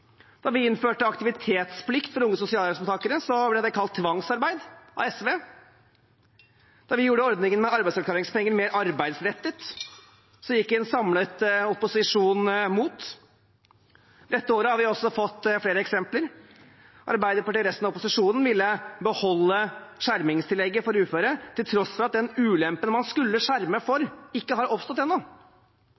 Da vi innførte aktivitetsplikt for unge sosialhjelpsmottakere, ble det kalt tvangsarbeid av SV. Da vi gjorde ordningen med arbeidsavklaringspenger mer arbeidsrettet, gikk en samlet opposisjon mot. Dette året har vi fått flere eksempler: Arbeiderpartiet og resten av opposisjonen ville beholde skjermingstillegget for uføre til tross for at den ulempen man skulle skjerme for,